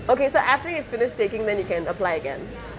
okay so after you finish taking then you can apply again